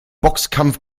boxkampf